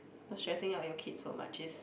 you're stressing out your kids so much is